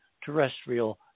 terrestrial